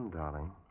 Darling